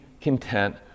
content